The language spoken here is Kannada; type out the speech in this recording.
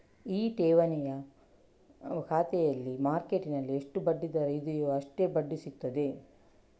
ಈ ಠೇವಣಿ ಖಾತೆನಲ್ಲಿ ಮಾರ್ಕೆಟ್ಟಿನಲ್ಲಿ ಎಷ್ಟು ಬಡ್ಡಿ ದರ ಇದೆಯೋ ಅಷ್ಟೇ ಬಡ್ಡಿ ಸಿಗ್ತದೆ